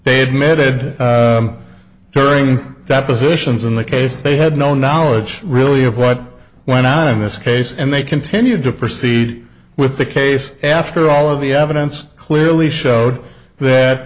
they admitted during that physicians in the case they had no knowledge really of what went on in this case and they continued to proceed with the case after all of the evidence clearly showed that